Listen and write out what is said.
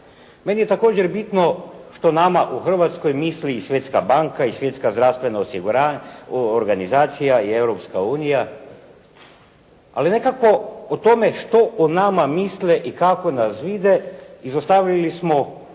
Meni je također bitno što o nama misli i Svjetska banka i Svjetska zdravstvena organizacija i Europska unija, ali nekako o tome što o nama misle i kako nas vide izostavili smo u